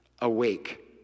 awake